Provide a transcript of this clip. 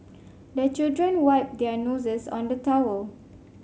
the children wipe their noses on the towel